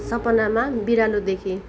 सपनामा बिरालो देखे